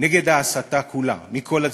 נגד ההסתה כולה, מכל הצדדים.